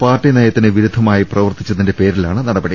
party നയത്തിന് വിരുദ്ധമായി പ്രവർത്തിച്ചതിന്റെ പേരിലാണ് നടപടി